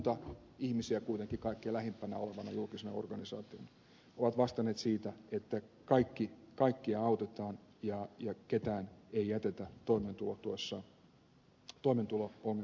kunnat ihmisiä kuitenkin kaikkein lähimpinä olevina julkisena organisaatioina ovat vastanneet siitä että kaikkia autetaan ja ketään ei jätetä toimeentulo ongelmissaan yksin